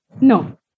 No